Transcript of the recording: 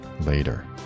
later